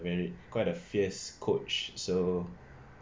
we've quite a fierce coach so